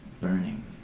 burning